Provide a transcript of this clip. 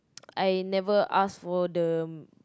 I never ask for the